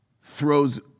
throws